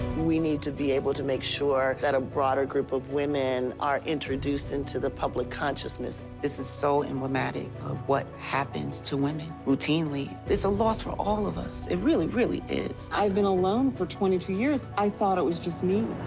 we need to be able to make sure that a broader group of women are introduced into the public consciousness. this is so emblematic of what happens to women routinely. it's a loss for all of us, it really, really is. i've been alone for twenty two years. i thought it was just me.